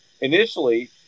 initially